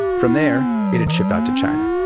from there, it had shipped out to china.